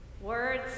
Words